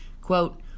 Quote